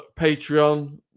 Patreon